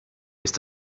ist